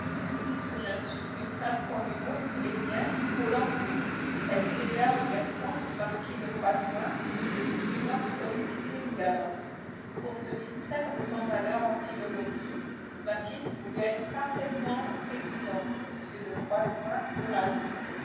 puisque je ne suis qu'une femme comme une autre eh bien il faut danser elle céda aux instances du marquis de croisenois qui depuis une heure sollicitait une galope pour se distraire de son malheur en philosophie mathilde voulut être parfaitement séduisante m de croisenois fut ravi